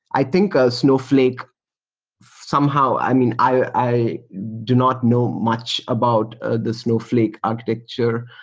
i think of snowflake, somehow i mean, i do not know much about ah the snowflake architecture,